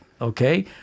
okay